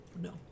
No